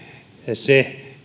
se